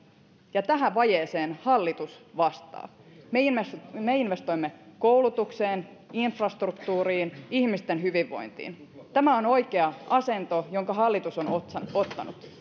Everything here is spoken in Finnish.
ja tähän vajeeseen hallitus vastaa me investoimme koulutukseen infrastruktuuriin ihmisten hyvinvointiin tämä on oikea asento jonka hallitus on ottanut